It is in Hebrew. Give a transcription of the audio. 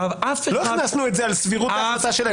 לא הכנסנו את זה על סבירות ההחלטה שלהם.